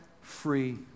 free